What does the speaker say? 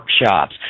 workshops